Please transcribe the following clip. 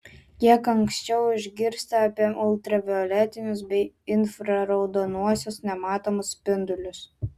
kiek anksčiau išgirsta apie ultravioletinius bei infraraudonuosius nematomus spindulius